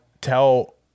tell